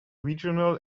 regional